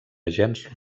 gens